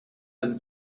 than